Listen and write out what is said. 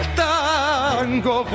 tango